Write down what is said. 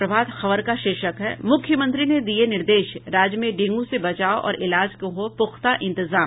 प्रभात खबर का शीर्षक है मुख्यमंत्री ने दिये निर्देश राज्य में डेंगू से बचाव और इलाज के हों पूख्ता इंतजाम